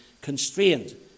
constrained